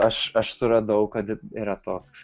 aš aš suradau kad yra toks